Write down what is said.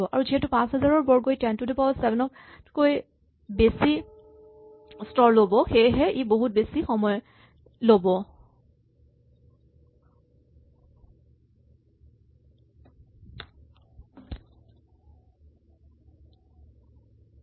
আৰু যিহেতু ৫০০০ ৰ বৰ্গই ten to the power seven তকৈ বেছি স্তৰ ল'ব সেয়েহে ই বহুত বেছি সময় ল'ব